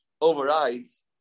overrides